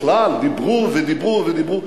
בכלל, דיברו ודיברו ודיברו.